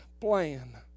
plan